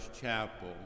Chapel